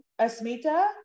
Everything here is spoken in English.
Asmita